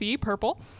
Purple